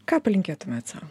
ką palinkėtumėt sau